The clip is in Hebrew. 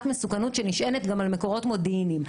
מסוכנות שנשענת גם על מקורות מודיעיניים.